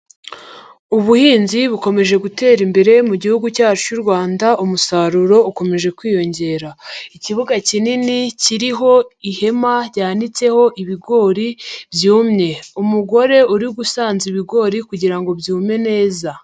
Ubuhinzi bukomeje gutera imbere mu gihugu cyacu' Rwanda umusaruro ukomeje kwiyongera. Ikibuga kinini kiriho ihema ryanitseho ibigori byumye, umugore urisanza ibigori kugirango byumme neza.